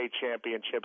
championships